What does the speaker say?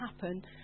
happen